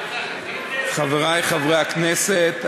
חברי חברי הכנסת,